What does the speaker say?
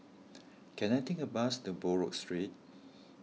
can I take a bus to Buroh Street